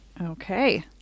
Okay